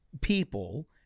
people